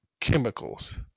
chemicals